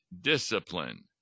discipline